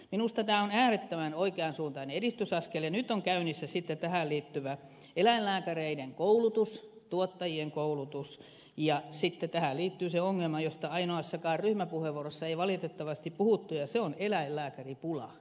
minusta tämä on äärettömän oikeansuuntainen edistysaskel ja nyt on käynnissä sitten tähän liittyvä eläinlääkäreiden koulutus tuottajien koulutus ja sitten tähän liittyy se ongelma josta ainoassakaan ryhmäpuheenvuorossa ei valitettavasti puhuttu ja se on eläinlääkäripula